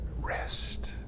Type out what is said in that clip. rest